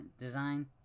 design